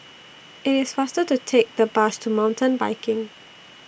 IT IS faster to Take The Bus to Mountain Biking